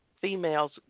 Females